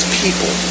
people